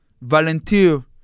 volunteer